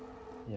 ya